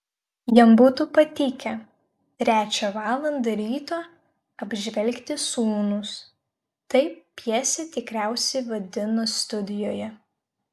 jam būtų patikę trečią valandą ryto apžvelgti sūnus taip pjesę tikriausiai vadino studijoje